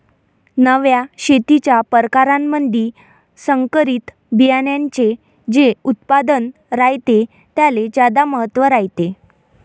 नव्या शेतीच्या परकारामंधी संकरित बियान्याचे जे उत्पादन रायते त्याले ज्यादा महत्त्व रायते